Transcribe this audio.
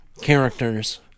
characters